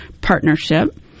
Partnership